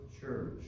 church